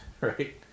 Right